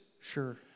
Sure